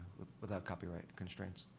without copyright constraints.